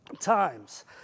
times